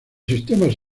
sistemas